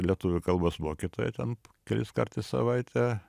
lietuvių kalbos mokytoją ten keliskart į savaitę